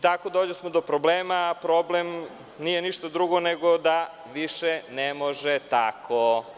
Tako dođosmo do problema, a problem nije ništa drugo nego da više ne može tako.